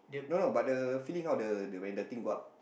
no no but the feeling of the the when the thing go up